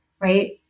right